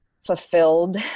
fulfilled